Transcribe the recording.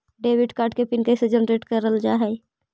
Debit card के PIN कैसे generate करल जाहै?